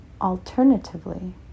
alternatively